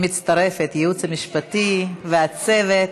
אני מצטרפת, הייעוץ המשפטי והצוות.